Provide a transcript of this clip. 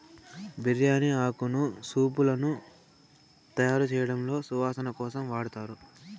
బిర్యాని ఆకును సూపులను తయారుచేయడంలో సువాసన కోసం వాడతారు